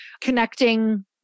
connecting